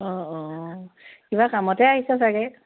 অঁ অঁ কিবা কামতে আহিছে চাগে